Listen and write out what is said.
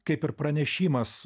kaip ir pranešimas